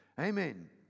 Amen